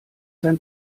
dein